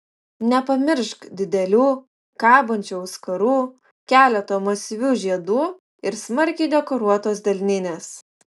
nepamiršk didelių kabančių auskarų keleto masyvių žiedų ir smarkiai dekoruotos delninės